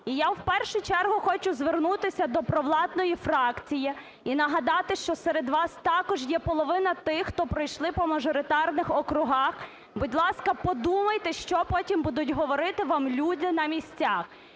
І я, в першу чергу, хочу звернутися до провладної фракції і нагадати, що серед вас також є половина тих, хто пройшли по мажоритарних округах. Будь ласка, подумайте, що потім будуть говорити вам люди на місцях.